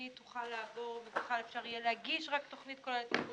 תוכל לעבור ובכלל אפשר יהיה להגיש רק תכנית כוללנית,